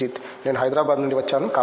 సుజిత్ నేను హైదరాబాద్ నుండి వచ్చాను